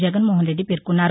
జగన్మోహన్ రెడ్డి పేర్కొన్నారు